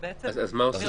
אז מה עושים?